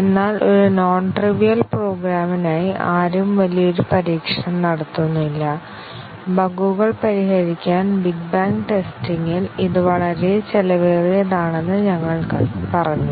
എന്നാൽ ഒരു non trivial പ്രോഗ്രാമിനായി ആരും വലിയൊരു പരീക്ഷണം നടത്തുന്നില്ല ബഗുകൾ പരിഹരിക്കാൻ ബിഗ് ബാങ് ടെസ്റ്റിംഗ് ഇൽ ഇത് വളരെ ചെലവേറിയതാണെന്ന് ഞങ്ങൾ പറഞ്ഞു